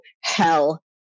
hell